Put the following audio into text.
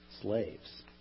slaves